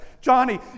Johnny